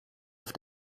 auf